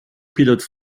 pilote